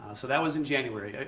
so that was in january.